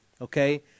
Okay